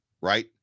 right